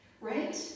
Right